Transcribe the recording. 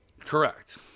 Correct